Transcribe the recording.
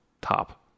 top